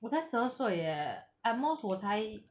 我才十二岁 eh at most 我才